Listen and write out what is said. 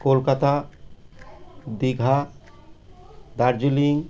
Kolkata Digha Darjeeling